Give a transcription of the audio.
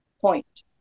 point